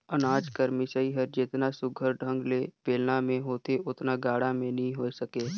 अनाज कर मिसई हर जेतना सुग्घर ढंग ले बेलना मे होथे ओतना गाड़ा मे नी होए सके